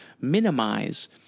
minimize